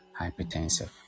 hypertensive